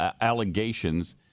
allegations